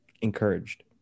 encouraged